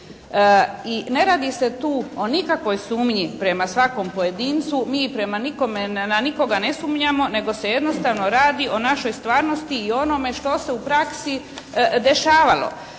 I ne radi se tu o nikakvoj sumnji prema svakom pojedincu. Mi prema nikome, na nikoga ne sumnjamo nego se jednostavno radi o našoj stvarnosti i onome što se u praksi dešavalo.